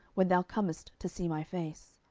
when thou comest to see my face.